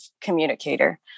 communicator